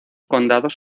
condados